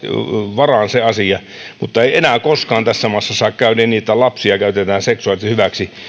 varaan mutta ei enää koskaan tässä maassa saa käydä niin että lapsia käytetään seksuaalisesti hyväksi